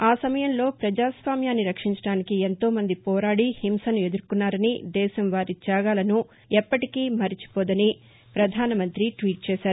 ఆ సమయంలో ప్రజాస్వామ్యాన్ని రక్షించడానికి ఎంతో మంది పోరాడి హింసను ఎదుర్కొన్నారనీ దేశం వారి త్యాగాలను ఎప్పటికీ మరిచిపోదని పధానమంతి ట్వీట్ చేశారు